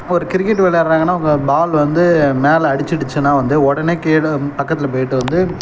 ஒரு கிரிக்கெட்டு விளையாடுறாங்கன்னா அவங்க பால் வந்து மேலே அடிச்சுடுச்சின்னா வந்து உடனே கீழே பக்கத்தில் போய்விட்டு வந்து